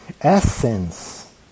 essence